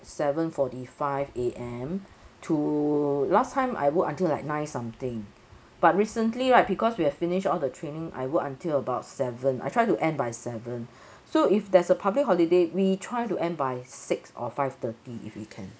seven forty five A_M to last time I work until like nine something but recently right because we have finished all the training I work until about seven I try to end by seven so if there's a public holiday we try to end by six or five thirty if we can